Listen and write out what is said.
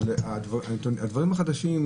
אבל הדברים החדשים,